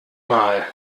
mal